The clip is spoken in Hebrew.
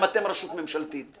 גם אתם רשות ממשלתית.